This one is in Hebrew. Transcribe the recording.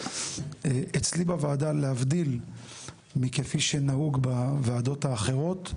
אצלי בוועדה להבדיל מכפי שנהוג בוועדות האחרות,